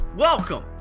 Welcome